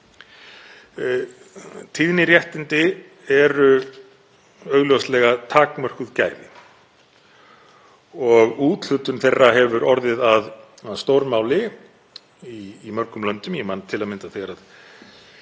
Tíðniréttindi eru augljóslega takmörkuð gæði og úthlutun þeirra hefur orðið að stórmáli í mörgum löndum. Ég man til að mynda þegar 3G